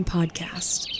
Podcast